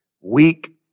weak